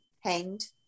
hanged